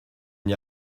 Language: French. n’y